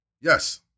Yes